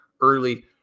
early